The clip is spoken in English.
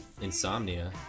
insomnia